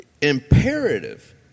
imperative